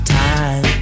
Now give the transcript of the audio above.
time